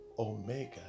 Omega